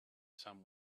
some